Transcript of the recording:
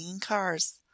cars